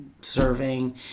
serving